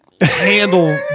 Handle